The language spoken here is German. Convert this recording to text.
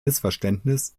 missverständnis